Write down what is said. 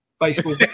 baseball